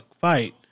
fight